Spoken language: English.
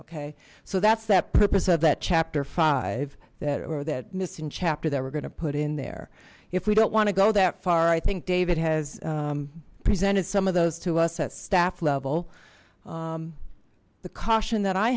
okay so that's that purpose of that chapter five that or that missing chapter that we're going to put in there if we don't want to go that far i think david has presented some of those to us a staff level the caution that i